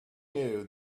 knew